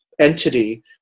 entity